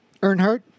Earnhardt